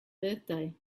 birthday